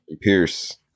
Pierce